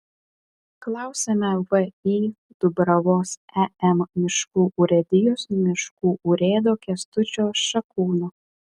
klausiame vį dubravos em miškų urėdijos miškų urėdo kęstučio šakūno